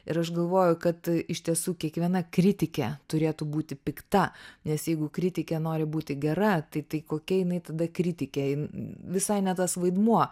ir aš galvoju kad iš tiesų kiekviena kritikė turėtų būti pikta nes jeigu kritikė nori būti gera tai tai kokia jinai tada kritikė visai ne tas vaidmuo